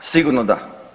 Sigurno da.